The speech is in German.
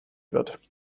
wird